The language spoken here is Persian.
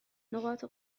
نقاط